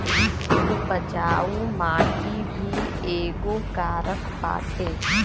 उपजाऊ माटी भी एगो कारक बाटे